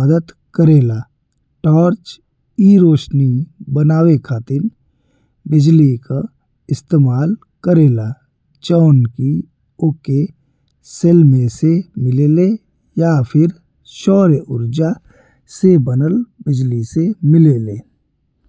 मदद करे ला। टॉर्च ई रोशनी बनावे खातिर बिजली का इस्तेमाल करे ला, जौन की ओकर सेल में से मिलेला या फिर सौर उर्जा से बनल बिजली से मिले ला।